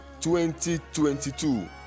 2022